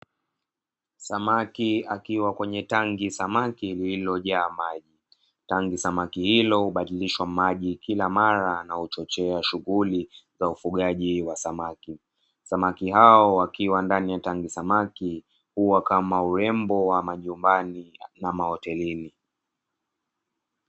Samaki akiwa kwenye tangisamaki lililojaa maji. Tangisamaki hilo hubadilishwa maji kila mara na huchochea shughuli za ufugaji wa samaki. Samaki hawa wakiwa ndani ya Tangisamaki, huwa kama urembo wa majumbani na mahotelini.